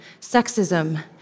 sexism